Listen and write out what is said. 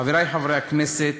חברי חברי הכנסת,